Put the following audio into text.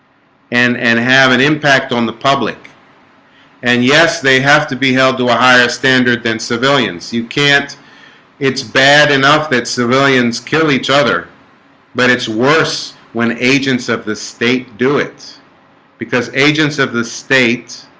and and have an impact on the public and yes, they have to be held to a higher standard than civilians you can't it's bad enough that civilians kill each other but it's worse when agents of the state do it's because agents of the state